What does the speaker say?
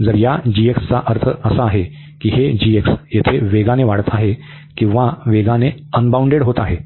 जर या g चा अर्थ असा आहे की हे येथे वेगाने वाढत आहे किंवा वेगाने अनबाउंडेड होत आहे